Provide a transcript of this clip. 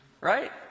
Right